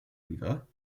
river